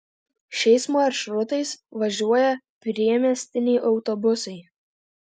šiais maršrutais važiuoja priemiestiniai autobusai